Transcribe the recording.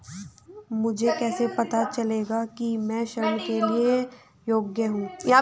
मुझे कैसे पता चलेगा कि मैं ऋण के लिए योग्य हूँ?